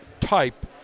type